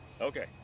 Okay